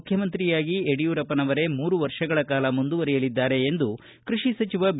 ಮುಖ್ಯಮಂತ್ರಿಯಾಗಿ ಯಡಿಯೂರಪ್ಪರವರೇ ಮೂರು ವರ್ಷಗಳ ಕಾಲ ಮುಂದುವರೆಯಲಿದ್ದಾರೆ ಎಂದು ಕೃಷಿ ಸಚಿವ ಬಿ